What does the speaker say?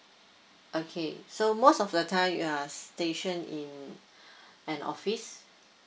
okay so most of the time you're station in an office